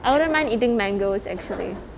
I wouldn't mind eating mangoes actually